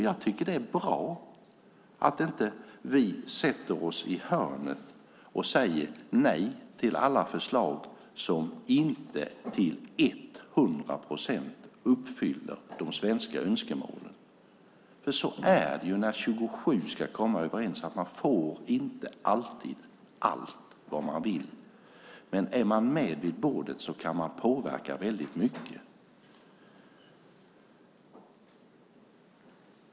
Jag tycker att det är bra att vi inte sätter oss i hörnet och säger nej till alla förslag som inte till hundra procent uppfyller de svenska önskemålen. När 27 länder ska komma överens får man inte alltid allt vad man vill, men om man är med vid bordet kan man påverka mycket.